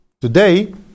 Today